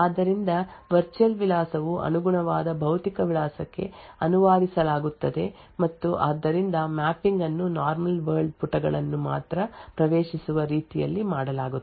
ಆದ್ದರಿಂದ ವರ್ಚುಯಲ್ ವಿಳಾಸವು ಅನುಗುಣವಾದ ಭೌತಿಕ ವಿಳಾಸಕ್ಕೆ ಅನುವಾದಿಸಲಾಗುತ್ತದೆ ಮತ್ತು ಆದ್ದರಿಂದ ಮ್ಯಾಪಿಂಗ್ ಅನ್ನು ನಾರ್ಮಲ್ ವರ್ಲ್ಡ್ ಪುಟಗಳನ್ನು ಮಾತ್ರ ಪ್ರವೇಶಿಸುವ ರೀತಿಯಲ್ಲಿ ಮಾಡಲಾಗುತ್ತದೆ